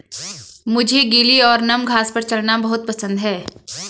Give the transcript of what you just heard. मुझे गीली और नम घास पर चलना बहुत पसंद है